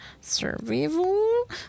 survival